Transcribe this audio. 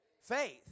Faith